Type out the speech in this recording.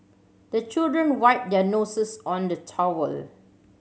the children wipe their noses on the towel